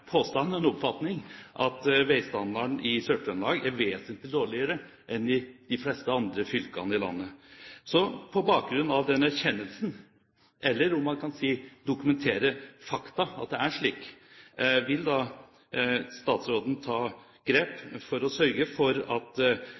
en oppfatning at veistandarden i Sør-Trøndelag er vesentlig dårligere enn i de fleste andre fylkene i landet. På bakgrunn av den erkjennelsen, eller, om man kan si, dokumenterte fakta, at det er slik, vil statsråden ta grep for å sørge for at